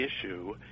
issue